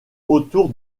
autour